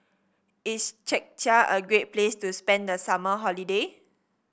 is Czechia a great place to spend the summer holiday